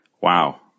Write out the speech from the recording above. Wow